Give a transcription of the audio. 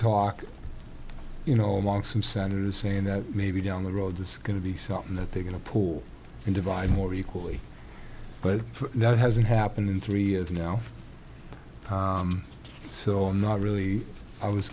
talk you know among some senators saying that maybe down the road this is going to be something that they can a pool and divide more equally but that hasn't happened in three years now so i'm not really i was